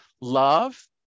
love